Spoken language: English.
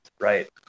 right